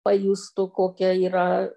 pajustų kokia yra